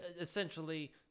essentially